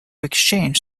exchange